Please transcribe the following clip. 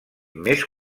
més